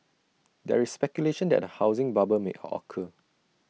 there is speculation that A housing bubble may hall occur